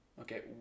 Okay